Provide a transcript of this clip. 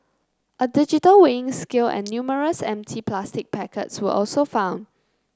a digital weighing scale and numerous empty plastic packets were also found